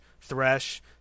Thresh